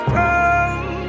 come